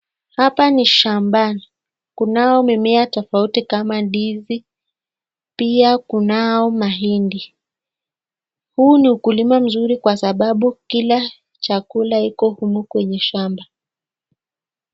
Hapa ni shambani. Kunao mimea tofauti kama ndizi pia kunao mahindi. Huu ni ukulima mzuri kwa sababu kila chakula iko humu kwenye shamba.